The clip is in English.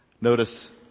Notice